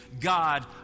God